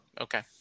okay